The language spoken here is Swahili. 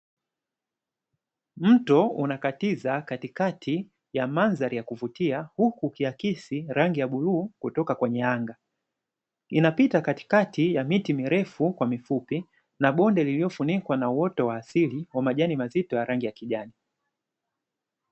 Mto unakatiza katikati ya mandhari ya kuvutia, huku ukiakisi rangi ya bluu kutoka kwenye anga. Inapita katikati ya miti mirefu kwa mifupi na bonde liliofunikwa na uoto wa asili wa majani mazito ya rangi ya kijani.